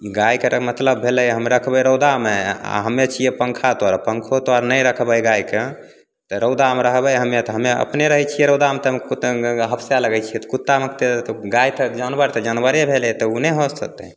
गाइके मतलब भेलै हम राखबै रौदामे आओर हमे छिए पन्खा तर पन्खो तर नहि राखबै गाइके तऽ रौदामे रहबै हमे तऽ हमे अपने रहै छिए रौदामे तऽ हफसै लगै छिए कुत्तामे तऽ गाइ तऽ जानवर तऽ जानवरे भेलै तऽ ओ नै हफसतै